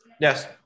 Yes